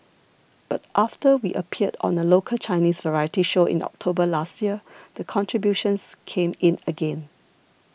but after we appeared on a local Chinese variety show in October last year the contributions came in again